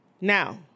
Now